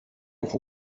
auch